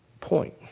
point